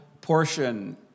portion